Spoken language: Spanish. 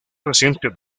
reciente